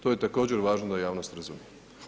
To je također važno da javnost razumije.